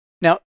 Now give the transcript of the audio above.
Now